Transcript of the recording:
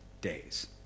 days